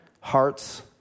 hearts